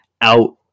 out